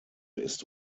ist